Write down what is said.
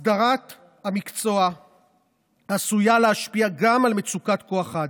הסדרת המקצוע עשויה להשפיע גם על מצוקת כוח האדם.